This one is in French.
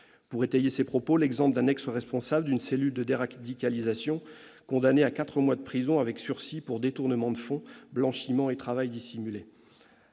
étayant son propos de l'exemple d'un ex-responsable d'une cellule de déradicalisation condamné à quatre mois de prison avec sursis pour détournement de fonds, blanchiment et travail dissimulé.